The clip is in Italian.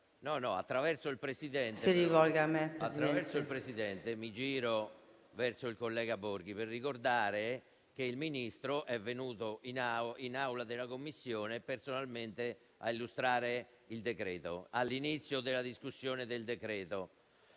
tramite, signor Presidente, mi rivolgo al collega Borghi per ricordare che il Ministro è venuto nell'aula della Commissione personalmente a illustrare il decreto, all'inizio della discussione.